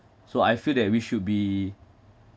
so I feel that we should be